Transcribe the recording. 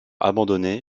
abandonné